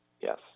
Yes